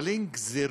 אבל אין גזירות